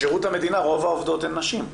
בשירות המדינה רוב העובדות הן נשים.